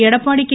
Edappadi K